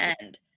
end